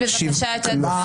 הצבעה לא אושרו.